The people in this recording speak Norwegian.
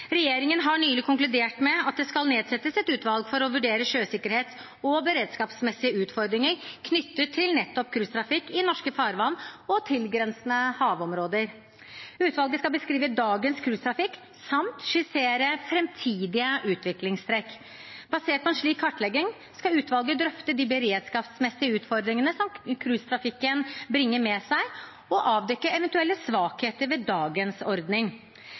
Regjeringen har nylig konkludert med at det skal nedsettes et utvalg for å vurdere sjøsikkerhet og beredskapsmessige utfordringer knyttet til nettopp cruisetrafikk i norske farvann og tilgrensende havområder. Utvalget skal beskrive dagens cruisetrafikk samt skissere framtidige utviklingstrekk. Basert på en slik kartlegging skal utvalget drøfte de beredskapsmessige utfordringene som cruisetrafikken bringer med seg, og avdekke eventuelle svakheter ved dagens ordning.